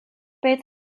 beth